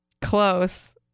close